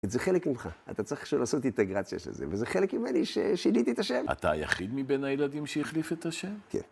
זה חלק ממך, אתה צריך לעשות אינטגרציה של זה, וזה חלק ממני ששיניתי את השם. אתה היחיד מבין הילדים שהחליף את השם? כן.